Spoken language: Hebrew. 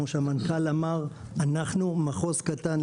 אנחנו מחוז קטן.